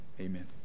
Amen